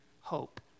hope